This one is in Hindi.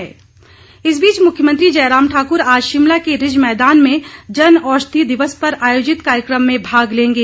मुख्यमंत्री दौरा इस बीच मुख्यमंत्री जयराम ठाक़र आज शिमला के रिज मैदान में जन औषधि दिवस पर आयोजित कार्यक्रम में भाग लेंगे